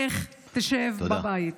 לך תשב בבית.